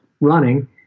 running